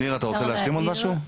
ניר, אתה רוצה להשלים עוד משהו?